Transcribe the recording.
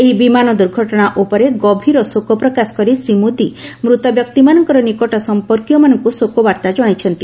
ଏହି ବିମାନ ଦୁର୍ଘଟଣା ଉପରେ ଗଭୀରୀ ଶୋକ ପ୍ରକାଶ କରି ଶ୍ରୀ ମୋଦୀ ମୃତବ୍ୟକ୍ତିମାନଙ୍କ ନିକଟ ସଂପର୍କୀମାନଙ୍କୁ ଶୋକବାର୍ତ୍ତା ଜଣାଇଛନ୍ତି